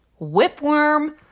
Whipworm